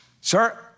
sir